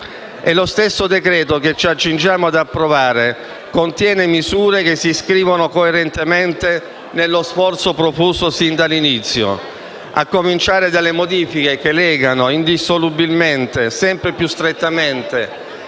lo stesso decreto-legge che ci accingiamo a convertire contiene misure che si iscrivono coerentemente nello sforzo profuso sin dall'inizio, a cominciare dalle modifiche che legano indissolubilmente e sempre più strettamente